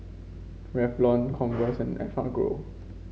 Revlon Converse and Enfagrow